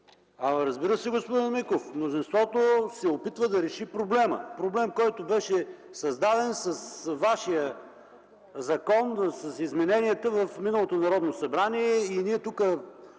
Разбира се, господин Миков, мнозинството се опитва да реши проблема. Проблем, който беше създаден с вашия закон, с измененията в миналото Народно събрание. Ние тук